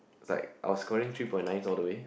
is like I was scoring three point nines all the way